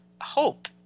hope